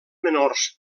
menors